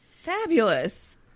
Fabulous